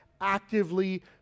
actively